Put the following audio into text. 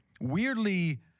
weirdly